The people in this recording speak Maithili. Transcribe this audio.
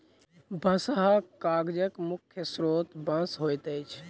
बँसहा कागजक मुख्य स्रोत बाँस होइत अछि